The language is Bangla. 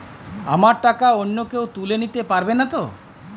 আমার টাকা অন্য কেউ তুলে নিতে পারবে নাতো?